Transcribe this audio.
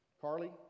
Carly